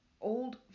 old